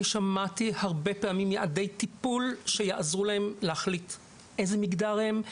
אני שמעתי הרבה פעמים יעדי טיפול שיעזרו להם להחליט איזה מגדר הם,